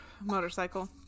Motorcycle